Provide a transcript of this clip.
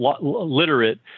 literate